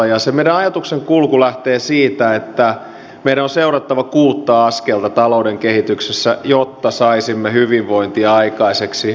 se meidän ajatuksenkulku lähtee siitä että meidän on seurattava kuutta askelta talouden kehityksessä jotta saisimme hyvinvointia aikaiseksi